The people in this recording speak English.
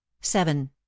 Seven